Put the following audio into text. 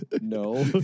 No